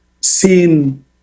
seen